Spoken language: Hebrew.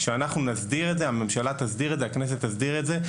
לכך שהכנסת תסדיר את זה.